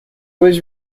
was